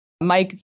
Mike